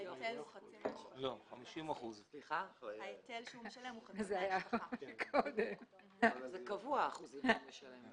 --- ההיטל שהוא משלם הוא 50%. האחוזים שהוא משלם קבועים,